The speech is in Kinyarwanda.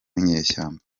w’inyeshyamba